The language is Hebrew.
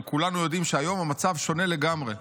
אבל כולנו יודעים שהיום המצב שונה לגמרי.